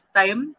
time